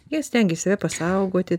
jie stengias save pasaugoti